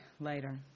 later